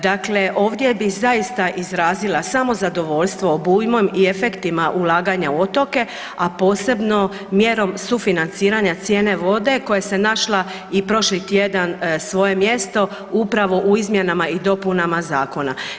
Dakle, ovdje bi zaista izrazila samo zadovoljstvo obujmom i efektima ulaganja u otoke, a posebno mjerom sufinanciranja cijene vode koja se našla i prošli tjedan svoje mjesto upravo u izmjenama i dopuna zakona.